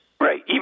Right